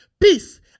peace